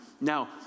Now